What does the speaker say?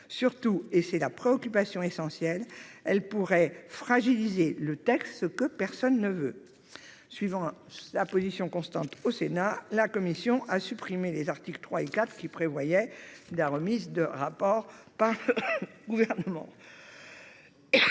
Surtout, et c'est la préoccupation essentielle, elles pourraient fragiliser le texte, ce que personne ne souhaite. Suivant la position constante du Sénat, la commission a supprimé les articles 3 et 4, qui prévoyaient la remise par le Gouvernement